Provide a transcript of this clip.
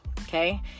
okay